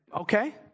Okay